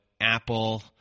Apple